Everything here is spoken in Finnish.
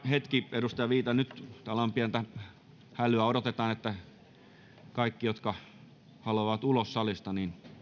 hetki edustaja viitanen nyt täällä on pientä hälyä odotetaan että kaikki jotka haluavat ulos salista